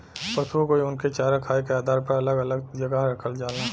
पसुओ को उनके चारा खाए के आधार पर अलग अलग जगह रखल जाला